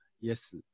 Yes